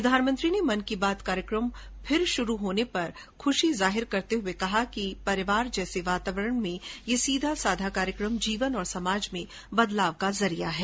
प्रधानमंत्री ने मन की बात कार्यक्रम फिर शुरू होने पर प्रसन्नता व्यक्त करते हुए कहा कि परिवार जैसे वातावरण में यह सीधा सादा कार्यक्रम जीवन और समाज में बदलाव का जरिया है